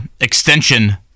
extension